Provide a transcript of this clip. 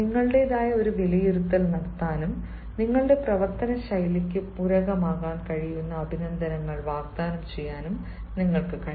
അതിനാൽ നിങ്ങളുടേതായ ഒരു വിലയിരുത്തൽ നടത്താനും നിങ്ങളുടെ പ്രവർത്തന ശൈലിക്ക് പൂരകമാകാൻ കഴിയുന്ന അഭിനന്ദനങ്ങൾ വാഗ്ദാനം ചെയ്യാനും നിങ്ങൾക്ക് കഴിയും